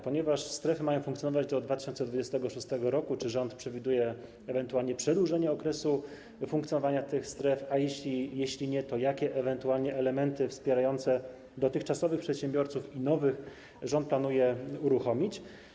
Ponieważ strefy mają funkcjonować do 2026 r., czy rząd przewiduje ewentualnie przedłużenie okresu funkcjonowania tych stref, a jeśli nie, to jakie ewentualnie elementy wspierające dotychczasowych i nowych przedsiębiorców rząd planuje uruchomić?